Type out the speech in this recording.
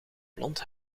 blond